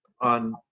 on